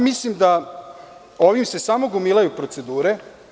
Mislim da se ovim samo gomilaju procedure.